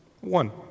One